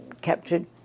captured